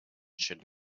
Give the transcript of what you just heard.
should